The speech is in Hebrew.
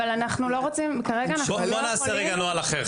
אבל כרגע אנחנו לא יכולים --- בואו נעשה נוהל אחר,